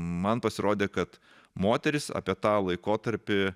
man pasirodė kad moterys apie tą laikotarpį